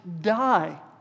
die